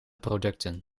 producten